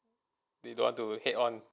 they don't want to head on